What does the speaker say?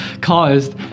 caused